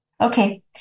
Okay